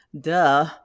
duh